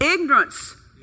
Ignorance